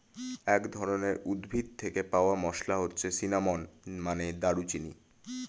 এক ধরনের উদ্ভিদ থেকে পাওয়া মসলা হচ্ছে সিনামন, মানে দারুচিনি